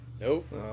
Nope